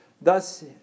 thus